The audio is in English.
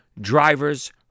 drivers